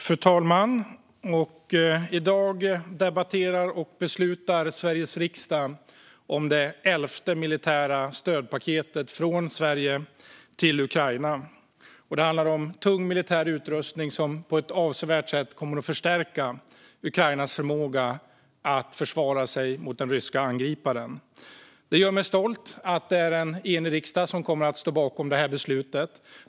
Fru talman! I dag debatterar och beslutar Sveriges riksdag om det elfte militära stödpaketet från Sverige till Ukraina. Det handlar om tung militär utrustning som kommer att avsevärt förstärka Ukrainas förmåga att försvara sig mot den ryska angriparen. Det gör mig stolt att det är en enig riksdag som kommer att stå bakom det här beslutet.